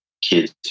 kids